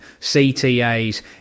CTAs